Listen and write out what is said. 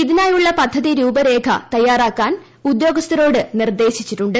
ഇതിനായുള്ള പദ്ധതി രൂപരേഖ തയ്യാറാക്കാൻ ഉദ്യോഗസ്സ്ത്രോട് നിർദ്ദേശിച്ചിട്ടുണ്ട്